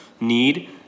need